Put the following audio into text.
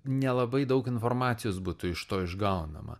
nelabai daug informacijos būtų iš to išgaunama